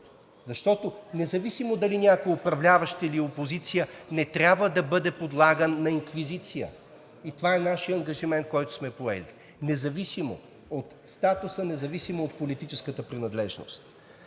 защото независимо дали някой управляващ, или опозиция не трябва да бъде подлаган на инквизиция и това е нашият ангажимент, който сме поели, независимо от статуса, независимо от политическата принадлежност.